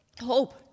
hope